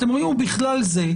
אתם אומרים ש"בכלל זה,